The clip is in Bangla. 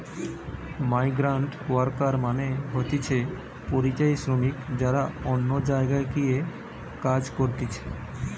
মাইগ্রান্টওয়ার্কার মানে হতিছে পরিযায়ী শ্রমিক যারা অন্য জায়গায় গিয়ে কাজ করতিছে